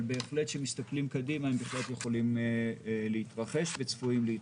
אבל כשמסתכלים קדימה הם בהחלט יכולים להתרחש וצפויים להתרחש.